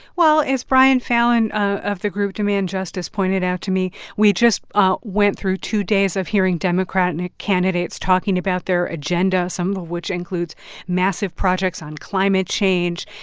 well, as brian fallon of the group demand justice pointed out to me, we just ah went through two days of hearing democratic candidates talking about their agenda, some of of which includes massive projects on climate change,